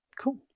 cool